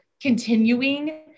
continuing